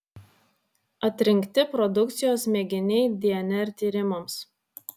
atrinkti produkcijos mėginiai dnr tyrimams